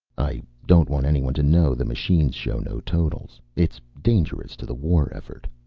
i don't want anyone to know the machines show no totals. it's dangerous to the war effort.